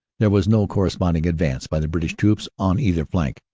there was no corresponding advance by the british troops on either flank,